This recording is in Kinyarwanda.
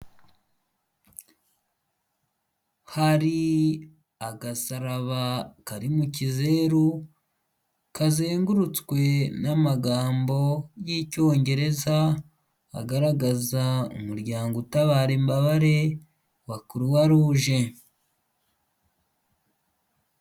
Hari agasaraba kari mu kizeru kazengurutswe n'amagambo y'icyongereza, agaragaza umuryango utabara imbabare wa kuruwaruje.